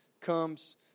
comes